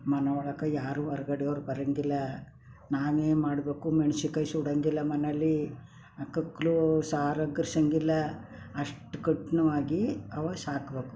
ಮನೆ ಒಳಗೆ ಯಾರೂ ಹೊರಗಡೆ ಅವ್ರು ಬರೋಂಗಿಲ್ಲ ನಾವೇ ಮಾಡಬೇಕು ಮೆಣ್ಸಿನ್ಕಾಯಿ ಸುಡೋಂಗಿಲ್ಲ ಮನೆಯಲ್ಲಿ ಅಕ್ಕಕ್ಲೂ ಸಾರು ಒಗ್ಗರ್ಸೋಂಗಿಲ್ಲ ಅಷ್ಟು ಕಠಿಣವಾಗಿ ಅವರು ಸಾಕಬೇಕು